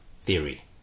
theory